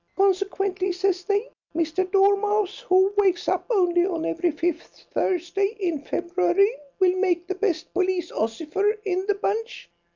consequently, says they, mr. dormouse who wakes up only on every fifth thursday in february will make the best police ossifer in the bunch,